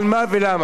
על מה ולמה?